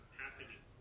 happening